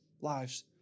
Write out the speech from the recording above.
lives